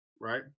right